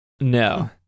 no